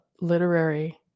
literary